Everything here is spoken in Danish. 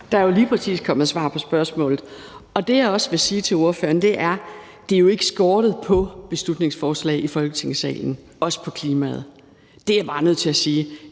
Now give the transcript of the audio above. Der er jo lige præcis kommet svar på spørgsmålet, og det, jeg også vil sige til ordføreren, er, at det jo ikke har skortet på beslutningsforslag i Folketingssalen, også med hensyn til klimaet. Det er jeg bare nødt til at sige.